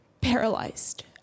paralyzed